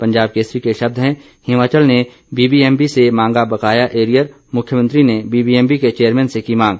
पंजाब केसरी के शब्द हैं हिमाचल ने बीबीबीएमबी से मांगा बकाया एरियर मुख्यमंत्री ने बीबीएमबी के चेयरमैन से की मांग